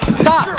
stop